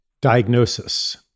diagnosis